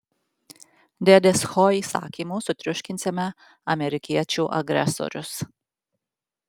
dėdės ho įsakymu sutriuškinsime amerikiečių agresorius